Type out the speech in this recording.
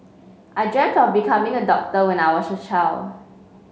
I dreamt of becoming a doctor when I was a child